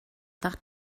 that